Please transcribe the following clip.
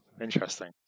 interesting